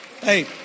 Hey